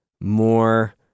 more